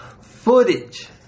footage